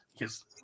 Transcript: Yes